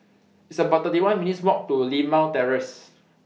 It's about thirty one minutes' Walk to Limau Terrace